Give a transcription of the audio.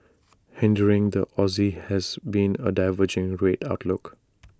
hindering the Aussie has been A diverging rate outlook